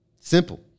Simple